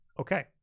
Okay